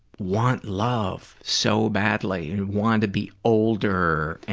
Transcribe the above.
want love so badly, and want to be older.